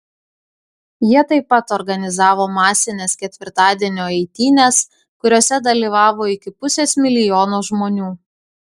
jie taip pat organizavo masines ketvirtadienio eitynes kuriose dalyvavo iki pusės milijono žmonių